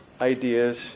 ideas